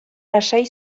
lasai